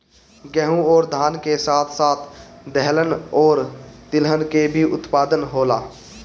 गेहूं अउरी धान के साथ साथ दहलन अउरी तिलहन के भी उत्पादन होखेला